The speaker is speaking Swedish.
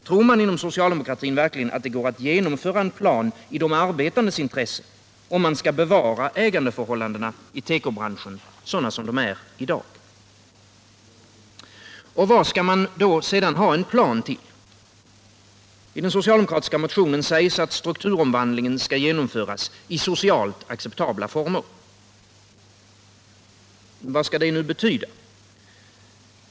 Tror man inom socialdemokratin verkligen att det går att genomföra en plan i de arbetandes intresse, om man skall bevara ägandeförhållandena i tekobranschen sådana som de är i dag? Vad skall man sedan ha en plan till? I den socialdemokratiska motionen sägs att strukturomvandlingen skall genomföras i socialt acceptabla former. Vad skall nu det betyda?